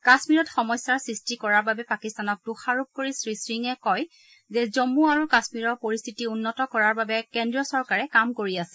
কাশ্মীৰত সমস্যাৰ সৃষ্টি কৰাৰ বাবে পাকিস্তানক দোষাৰোপ কৰি শ্ৰী সিঙে কয় যে জম্মু আৰু কাশ্মীৰৰ পৰিস্থিতি উন্নত কৰাৰ বাবে কেন্দ্ৰীয় চৰকাৰে কাম কৰি আছে